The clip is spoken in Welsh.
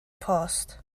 post